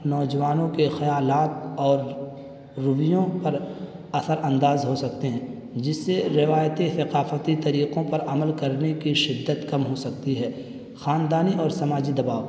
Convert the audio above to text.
نوجوانوں کے خیالات اور رویوں پر اثرانداز ہو سکتے ہیں جس سے روایتی ثقافتی طریقوں پر عمل کرنے کی شدت کم ہو سکتی ہے خاندانی اور سماجی دباؤ